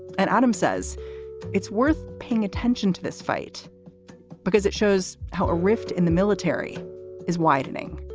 and adam says it's worth paying attention to this fight because it shows how a rift in the military is widening.